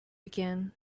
again